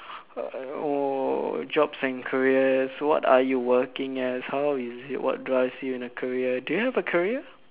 oh jobs and careers what are you working as how is this what drives you in a career do you have a career